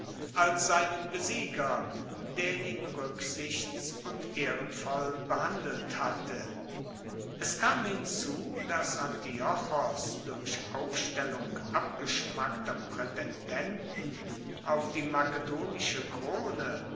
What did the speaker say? als seinen besieger der ihn ruecksichts und ehrenvoll behandelt hatte es kam hinzu dass antiochos durch aufstellung abgeschmackter praetendenten auf die makedonische krone